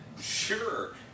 sure